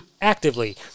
Actively